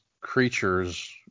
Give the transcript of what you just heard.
creatures